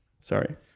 Sorry